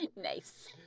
Nice